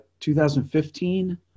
2015